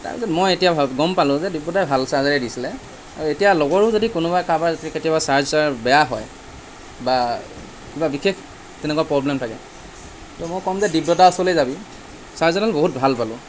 তাৰ পিছত মই এতিয়া ভা গম পালোঁ যে দিব্যদাই ভাল চাৰ্জাৰেই দিছিলে এতিয়া লগৰো যদি কোনোবাই কাৰোবাৰ যদি কেতিয়াবা চাৰ্জাৰ বেয়া হয় বা কিবা বিশেষ তেনেকুৱা প্ৰব্লেম থাকে তো মই ক'ম যে দিব্যদাৰ ওচৰলেই যাবি চাৰ্জাডাল বহুত ভাল পালোঁ